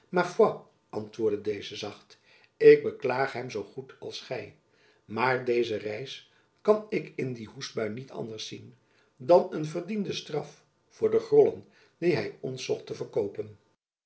antwoordde deze zacht ik beklaag hem zoo goed als gy maar deze reis kan ik in die hoestbui niet anders zien dan een verdiende straf voor de grollen die hy ons zocht te verkoopen